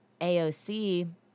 AOC